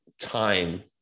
time